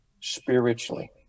spiritually